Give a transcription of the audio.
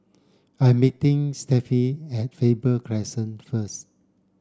I'm meeting at Faber Crescent first